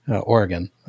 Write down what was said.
Oregon